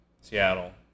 Seattle